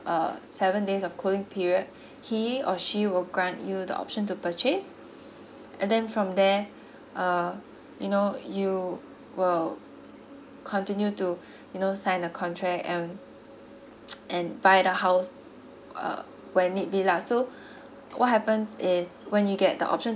uh seven days of cooling period he or she will grant you the option to purchase and then from there uh you know you will continue to you know sign the contract and and buy the house uh when need be lah so what happens is when you get the option